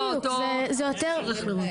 בדיוק, זה יותר.